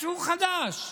משהו חדש: